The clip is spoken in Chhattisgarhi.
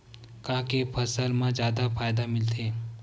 का के फसल मा जादा फ़ायदा मिलथे?